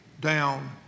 down